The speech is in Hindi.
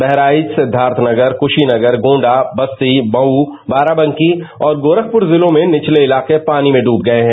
बहराइच सिद्दार्थ नगर कृषीनगर गोण्डा बस्ती मऊ बाराबंकी और गोरखपुर में निचले इलाके पानी में डुब गए हैं